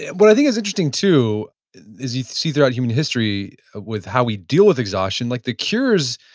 what i think is interesting too is you see throughout human history with how we deal with exhaustion, like the cures,